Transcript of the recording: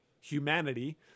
humanity